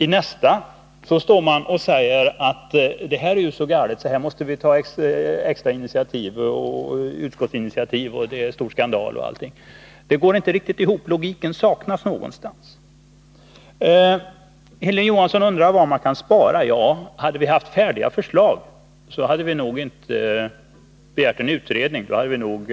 I nästa moment säger man att det är så galet att extra utskottsinitiativ måste tas, att det är stor skandal etc. Det 93 resonemanget går inte riktigt ihop. Någonstans saknas logiken. Hilding Johansson undrar var man kan spara. Ja, om vi hade haft färdiga förslag, hade vi nog inte begärt en utredning. Då hade vi nog